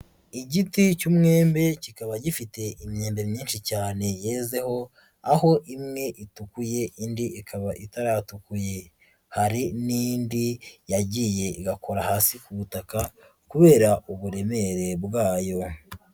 Igiti cy'umwembe kikaba gifite imyembe myinshi cyane yezeho, aho imwe itukuye indi ikaba itaratukuye, hari n'indi yagiye igakora hasi ku butaka kubera uburemere bwayo.